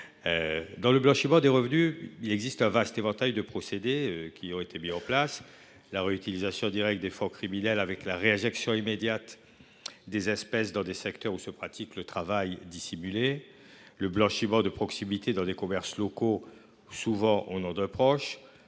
Pour le blanchiment des revenus, un vaste éventail de procédés a été mis en place : la réutilisation directe des fonds criminels, grâce à la réinjection immédiate des espèces dans des secteurs où se pratique le travail dissimulé ; le blanchiment de proximité dans des commerces locaux, souvent ouverts